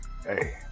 Hey